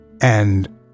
and